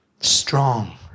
strong